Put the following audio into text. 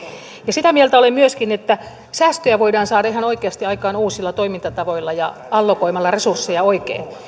sitä mieltä olen myöskin että säästöjä voidaan saada ihan oikeasti aikaan uusilla toimintatavoilla ja allokoimalla resursseja oikein minä